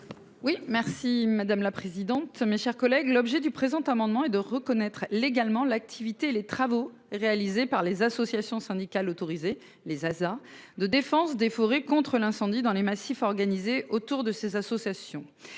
Oui merci madame la présidente, mes chers collègues. L'objet du présent amendement et de reconnaître légalement l'activité les travaux réalisés par les associations syndicales autorisées les Zaza de défense des forêts contre l'incendie dans les massifs, organisés autour de ces associations.